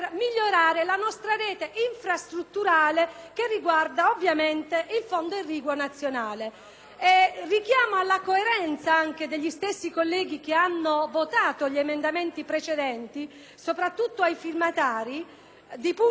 Richiamo alla coerenza degli stessi colleghi che hanno votato gli emendamenti precedenti, soprattutto ai firmatari delle Regioni Puglia e Lucania. Debbo dire anche che, nonostante l'impegno della stessa Commissione,